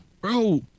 Bro